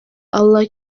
allah